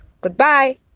Goodbye